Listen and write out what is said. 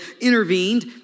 intervened